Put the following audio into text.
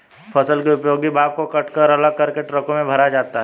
फसल के उपयोगी भाग को कटकर अलग करके ट्रकों में भरा जाता है